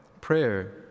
prayer